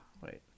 wait